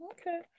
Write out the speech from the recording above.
Okay